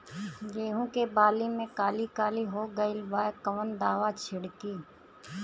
गेहूं के बाली में काली काली हो गइल बा कवन दावा छिड़कि?